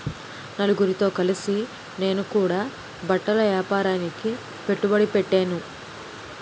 నలుగురితో కలిసి నేను కూడా బట్టల ఏపారానికి పెట్టుబడి పెట్టేను